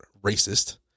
racist